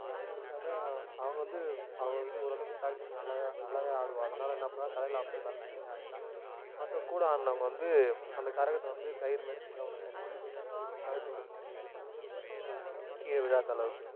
மற்றவங்கலாம் வந்து அந்த அவங்கள் வந்து அவங்கள் வந்து ஓரளவுக்கு ப்ராக்டீஸ் நல்லாவே நல்லாவே ஆடுவாள் அதனால் என்ன அப்படினா தலையில் அப்படியே பேலன்ஸ் பண்ணி ஆடிட்டாள் மற்ற கூட ஆடினவங்க வந்து அந்த கரகத்தை வந்து கயிறு மாதிரி சின்னதாக ஒன்று கட்டி கழுத்தோடு சுற்றி இது பண்ணி கீழே விழாத அளவுக்கு